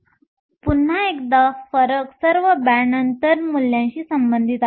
पुन्हा एकदा फरक सर्व बँड अंतर मूल्यांशी संबंधित आहेत